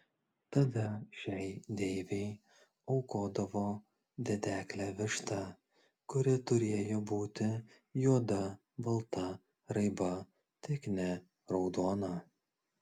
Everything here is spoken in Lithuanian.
tada šiai deivei aukodavo dedeklę vištą kuri turėjo būti juoda balta raiba tik ne raudona